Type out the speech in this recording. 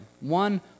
one